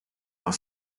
are